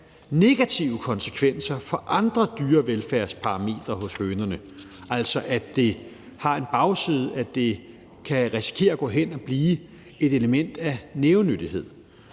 negative konsekvenser på andre dyrevelfærdsparametre hos hønerne, at det altså har en bagside – at man kan risikere, at det kommer til at indeholde et element af nævenyttighed.